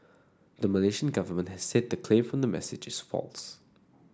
the Malaysian government has said the claim from the messages false